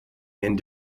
and